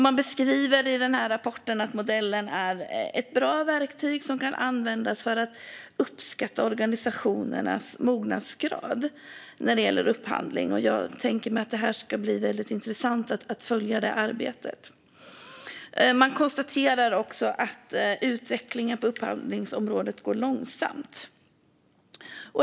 Man beskriver i den här rapporten att modellen är ett bra verktyg som kan användas för att uppskatta organisationernas mognadsgrad när det gäller upphandling. Jag tänker mig att det kommer att bli intressant att följa det arbetet. Man konstaterar också att utvecklingen på upphandlingsområdet går långsamt.